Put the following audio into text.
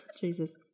Jesus